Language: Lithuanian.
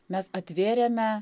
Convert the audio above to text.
mes atvėrėme